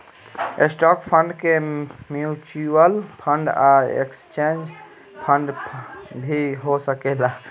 stock fund के mutual fund या त एक्सचेंज ट्रेड फंड भी हो सकेला